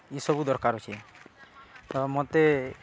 ଇସବୁ ଦର୍କାର୍ ଅଛେ ତ ମତେ